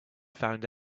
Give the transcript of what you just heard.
found